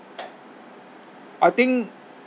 I think